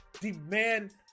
Demand